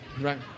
right